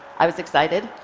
i was excited.